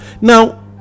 Now